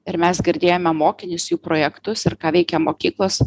ir mes girdėjome mokinius jų projektus ir ką veikia mokyklos